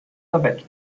lavendel